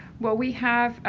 well, we have,